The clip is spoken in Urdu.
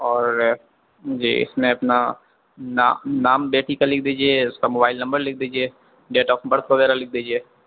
اور جی اس میں اپنا نام بیٹی کا لکھ دیجیے اس کا موبائل نمبر لکھ دیجیے ڈیٹ آف برتھ وغیرہ لکھ دیجیے